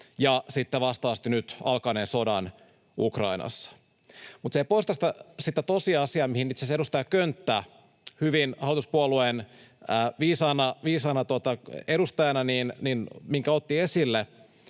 vastaavasti nyt alkaneen sodan Ukrainassa, mutta se ei poista sitä tosiasiaa, minkä itse asiassa edustaja Könttä hyvin, hallituspuolueen viisaana edustajana otti esille,